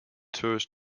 tourist